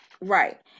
Right